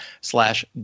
slash